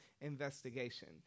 investigation